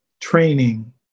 training